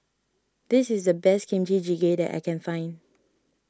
this is the best Kimchi Jjigae that I can find